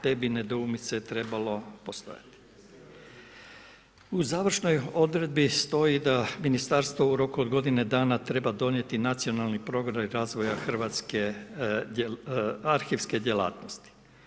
Te bi nedoumice trebalo ... U završnoj odredbi stoji da Ministarstvo u roku od godinu dana treba donijeti nacionalni program razvoja hrvatske arhivske djelatnosti.